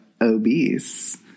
obese